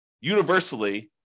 universally